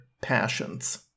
passions